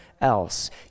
else